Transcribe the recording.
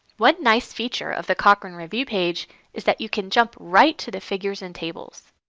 one nice feature of the cochrane review page is that you can jump right to the figures and tables.